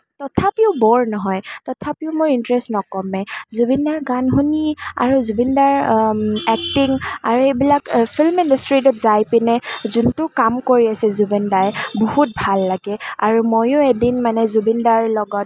তথাপিও ব'ৰ নহয় তথাপিও মোৰ ইণ্টাৰেষ্ট নকমে জুবিন দাৰ গান শুনি আৰু জুবিন দাৰ এক্টিং আৰু এইবিলাক ফিল্ম ইণ্ডাষ্ট্ৰিটোত যাই পিনে যোনটো কাম কৰি আছে জুবিন দায়ে বহুত ভাল লাগে আৰু ময়ো এদিন মানে জুবিন দাৰ লগত